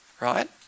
Right